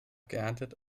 geerntet